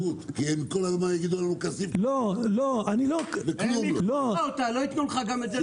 כי אם כל הזמן יגידו לנו 'כסיף' וכלום לא --- לא יתנו לך גם את זה.